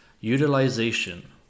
utilization